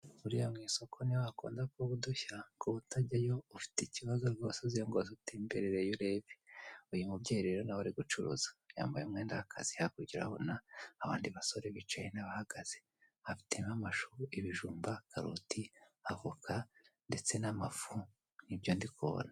Buriya mu isoko niho hakunda kuba udushya kuba utajyayo ufite ikibazo rwose uziyongoze utemberereyo urebe uyu mubyeyi rero nawe ari gucuruza yambaye umwenda w'akazi hakurya urabona abandi basore bicaye n'abahagaze afitemo amashu, ibijumba, karoti, avoka ndetse n'amafu nibyo ndi kubona.